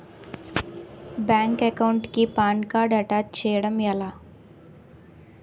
Bank account కి PAN card attach చేయడం ఎలా?